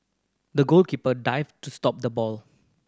the goalkeeper dived to stop the ball